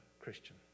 Christian